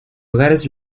hogares